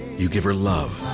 you give her love,